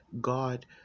God